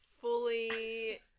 fully